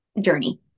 journey